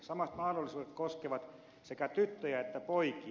samat mahdollisuudet koskevat sekä tyttöjä että poikia